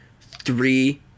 three